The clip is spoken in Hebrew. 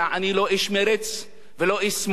אני לא איש מרצ ולא איש שמאל,